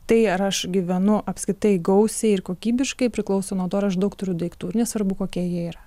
tai ar aš gyvenu apskritai gausiai ir kokybiškai priklauso nuo to ar aš daug turiu daiktų ir nesvarbu kokie jie yra